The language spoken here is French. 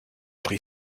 pris